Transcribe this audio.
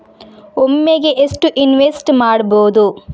ಒಮ್ಮೆಗೆ ಎಷ್ಟು ಇನ್ವೆಸ್ಟ್ ಮಾಡ್ಬೊದು?